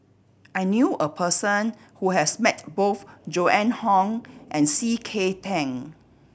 I knew a person who has met both Joan Hon and C K Tang